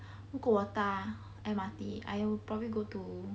如果我搭 M_R_T I would probably go to